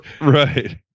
right